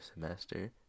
semester